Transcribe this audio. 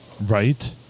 right